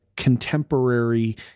contemporary